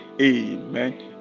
Amen